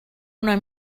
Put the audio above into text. una